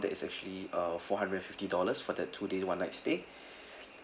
that is actually uh four hundred and fifty dollars for that two day one night stay